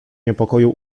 niepokoju